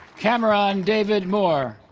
cameron david moore